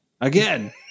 again